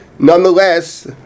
Nonetheless